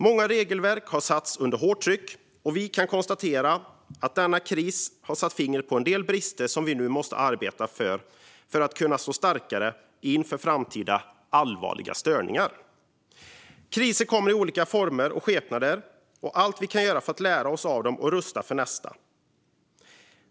Många regelverk har satts under hårt tryck, och vi kan konstatera att denna kris satt fingret på en del brister som vi nu måste arbeta med för att kunna stå starkare inför framtida allvarliga störningar. Kriser kommer i olika former och skepnader, och allt vi kan göra är att lära oss av dem och rusta för nästa.